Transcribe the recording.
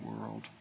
world